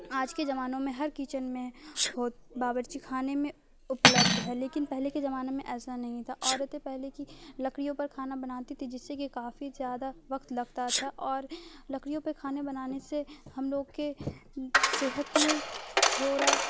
آج کے زمانوں میں ہر کچن میں ہو باورچی خانے میں اپلبدھ ہے لیکن پہلے کے زمانے میں ایسا نہیں تھا عورتیں پہلے کی لکڑیوں پر کھانا بناتی تھی جس سے کہ کافی زیادہ وقت لگتا تھا اور لکڑیوں پہ کھانے بنانے سے ہم لوگ کے صحت میں تھوڑا